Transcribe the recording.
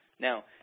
Now